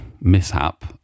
mishap